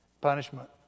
punishment